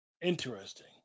Interesting